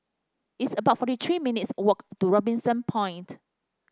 it's about forty three minutes' walk to Robinson Point